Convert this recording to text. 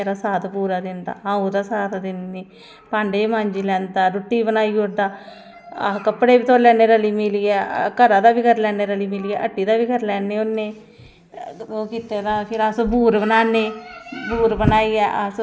क्योंकि ओह्दा मार्केट च जम्मू लेने आं ते उत्थें कोई छे रपे किलो बिकदे ते छे रपे कन्नै इत्थें मजदूर जेह्ड़ा बोरी भरने आह्ला ऐ पुट्टने आह्ला ऐ फ्ही ओह् मंडी पज़ाने आह्ला ऐ ट्रैक्टर दा कराया उत्थें तोआरना